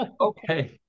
Okay